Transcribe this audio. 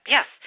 Yes